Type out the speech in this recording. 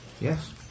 Yes